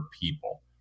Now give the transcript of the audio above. people